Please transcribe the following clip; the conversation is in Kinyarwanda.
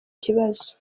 kibazo